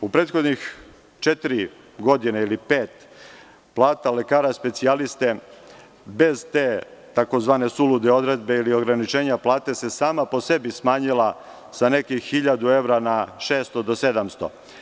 U prethodnih četiri godine ili pet, plata lekara specijaliste bez te tzv. sulude odredbe ili ograničenja, plata bi se sama po sebi smanjila sa nekih hiljadu evra na 600 do 700.